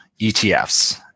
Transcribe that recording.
ETFs